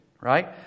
right